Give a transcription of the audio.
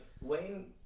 Wayne